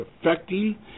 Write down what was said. affecting